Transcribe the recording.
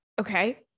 okay